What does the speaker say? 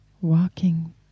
walking